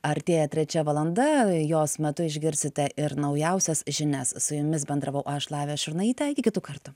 artėja trečia valanda jos metu išgirsite ir naujausias žinias su jumis bendravau aš lavija šurnaitė iki kitų kartų